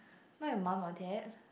not your mum or dad